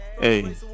hey